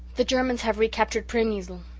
the germans have recaptured premysl,